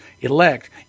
elect